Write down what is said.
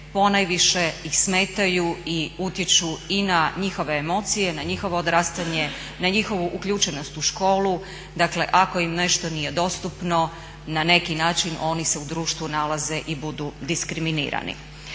ponajviše ih smetaju i utječu i na njihove emocije, na njihovo odrastanje, na njihovu uključenost u školu. Dakle, ako im nešto nije dostupno na neki način oni se u društvu nalaze i budu diskriminirani.